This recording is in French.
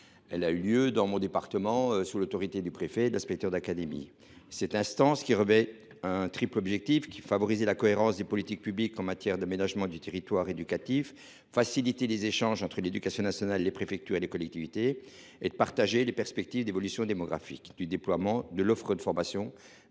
Elle a eu lieu, dans le département du Doubs, sous l’autorité du préfet et de l’inspecteur d’académie. Cette instance répond à un triple objectif : favoriser la cohérence des politiques publiques en matière d’aménagement du territoire éducatif ; faciliter les échanges entre l’éducation nationale, les préfectures et les collectivités ; offrir des perspectives partagées quant à l’évolution démographique, au déploiement de l’offre de formation